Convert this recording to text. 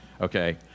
Okay